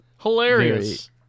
Hilarious